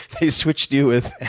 they switched you with